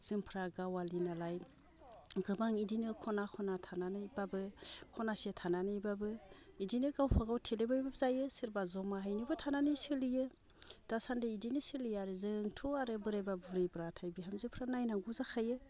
जोंफ्रा गावआलि नालाय गोबां इदिनो खना खना थानानैब्लाबो खनासे थानानैब्लाबो इदिनो गावबा गाव थेलेब लेब जायो सोरबा जमायैबो थानानै सोलियो दासान्दै इदिनो सोलियो आरो जोंथ' आरो बोरायब्ला बुरैब्लाथाय बिहामजोफ्रा नायनांगौ जाखायो